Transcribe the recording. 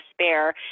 spare